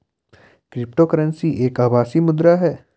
crypto currency एक आभासी मुद्रा है